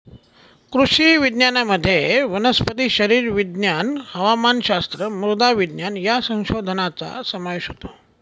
कृषी विज्ञानामध्ये वनस्पती शरीरविज्ञान, हवामानशास्त्र, मृदा विज्ञान या संशोधनाचा समावेश होतो